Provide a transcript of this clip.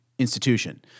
Institution